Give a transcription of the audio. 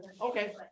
okay